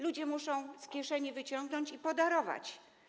Ludzie muszą z kieszeni wyciągnąć i podarować.